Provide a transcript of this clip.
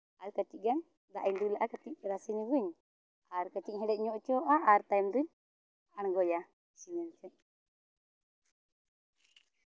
ᱟᱨ ᱠᱟᱹᱤᱴᱡ ᱜᱟᱱ ᱫᱟᱜ ᱤᱧ ᱫᱩᱞ ᱟᱜᱼᱟ ᱠᱟᱹᱴᱤᱡ ᱨᱟᱥᱮ ᱧᱚᱜ ᱟᱹᱧ ᱟᱨ ᱟᱨ ᱠᱟᱹᱴᱤᱡ ᱤᱧ ᱦᱮᱰᱮᱡ ᱧᱚᱜ ᱦᱚᱪᱚᱣᱟᱜᱼᱟ ᱟᱨ ᱛᱟᱭᱚᱢ ᱫᱚᱧ ᱟᱬᱜᱚᱭᱟ ᱤᱱᱟᱹ ᱜᱮ